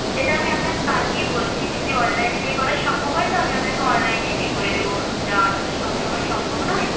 সেটা আমি আপনাকে কালকেই বলছি যদি অনলাইনে পে করা সম্ভব হয় তো আমি আপনাকে অনলাইনে পে করে দেবো যাওয়াটা তো সবসময় সম্ভব নয়